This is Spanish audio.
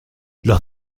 los